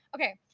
Okay